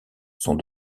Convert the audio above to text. sont